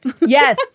Yes